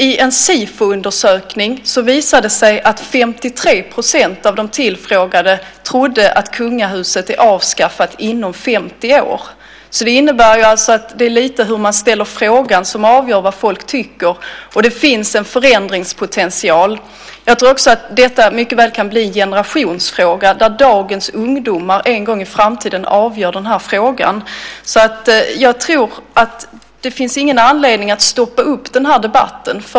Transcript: I en Sifoundersökning visade det sig att 53 % av de tillfrågade trodde att kungahuset skulle vara avskaffat inom 50 år. Det innebär alltså att det är lite hur man ställer frågan som avgör vad folk tycker. Och det finns en förändringspotential. Jag tror också att detta mycket väl kan bli en generationsfråga, att dagens ungdomar en gång i framtiden avgör den här frågan, så det finns ingen anledning att stoppa den här debatten.